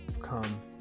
come